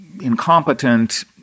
incompetent